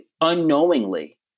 Unknowingly